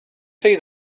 see